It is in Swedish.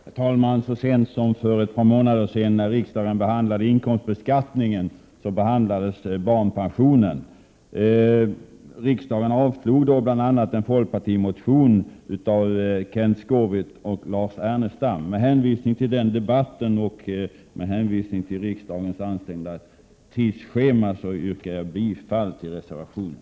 Herr talman! Så sent som för ett par månader sedan när riksdagen behandlade inkomstbeskattningen diskuterades frågan om barnpensionen. Riksdagen avslog då bl.a. en folkpartimotion av Kenth Skårvik och Lars Ernestam. Med hänvisning till den debatten och med hänvisning till riksdagens ansträngda tidsschema inskränker jag mig till att yrka bifall till reservationen.